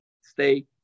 stay